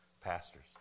Pastors